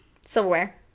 Silverware